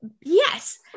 yes